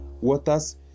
waters